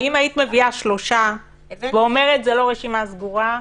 אם היית מביאה שלושה ואומרת שזו לא רשימה סגורה,